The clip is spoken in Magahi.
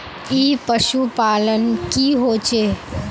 ई पशुपालन की होचे?